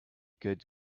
good